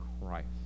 Christ